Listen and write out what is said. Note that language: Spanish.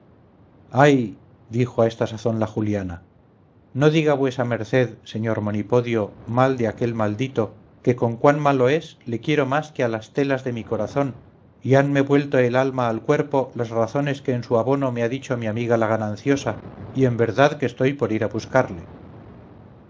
ay dijo a esta sazón la juliana no diga vuesa merced señor monipodio mal de aquel maldito que con cuán malo es le quiero más que a las telas de mi corazón y hanme vuelto el alma al cuerpo las razones que en su abono me ha dicho mi amiga la gananciosa y en verdad que estoy por ir a buscarle